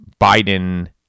Biden